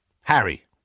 Harry